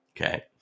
Okay